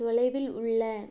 தொலைவில் உள்ள